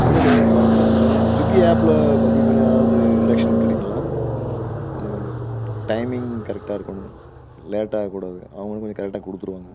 ஒன்றும் இல்லைங்க இப்போ அதுக்கு வந்து இந்த ஸ்விக்கி ஆப்பில் பதிவு பண்ணால் எதாவது ரிடக்ஷன் கிடைக்குங்களா எனக்கு கொஞ்சம் டைமிங் கரெக்டாக இருக்கணும் லேட்டாக கூடாது அவங்களும் கொஞ்சம் கரெக்டாக கொடுத்துருவாங்க